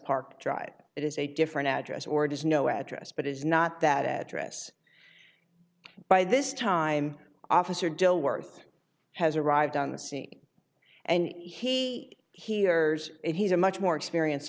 park drive it is a different address or does no address but is not that address by this time officer dilworth has arrived on the scene and he hears it he's a much more experience